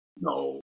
No